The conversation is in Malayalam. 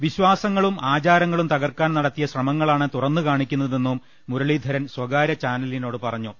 വിശ്വാസങ്ങളും ആചാര ങ്ങളും തകർക്കാൻ നടത്തിയ ശ്രമങ്ങളാണ് തുറന്നു കാണിക്കുന്ന തെന്നും മുരളീധരൻ സ്വകാര്യ ചാനലിനോട് പറഞ്ഞു